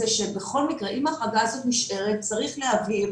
בכל מקרה אם ההחרגה הזאת נשארת צריך להבהיר